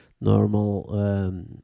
normal